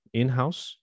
in-house